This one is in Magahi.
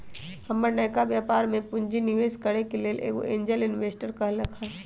हमर नयका व्यापर में पूंजी निवेश करेके लेल एगो एंजेल इंवेस्टर कहलकै ह